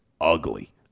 ugly